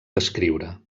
descriure